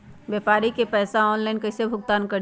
व्यापारी के पैसा ऑनलाइन कईसे भुगतान करी?